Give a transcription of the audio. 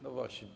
No właśnie.